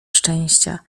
szczęścia